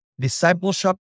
discipleship